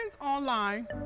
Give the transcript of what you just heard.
online